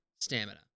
stamina